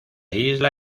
isla